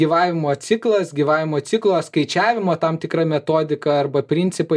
gyvavimo ciklas gyvavimo ciklo skaičiavimo tam tikra metodika arba principai